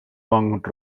punk